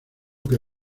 que